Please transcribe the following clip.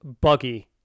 Buggy